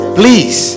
please